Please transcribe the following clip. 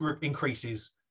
increases